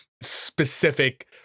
specific